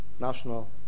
national